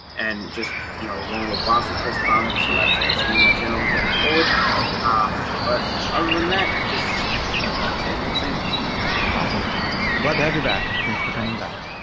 and just you know one with boss and chris comics so that's that's named my channel going forward i like it ah like it but other than that just you know same old same old awesome glad to have you back thanks for coming back